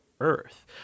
Earth